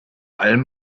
allem